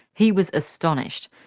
he was astonished.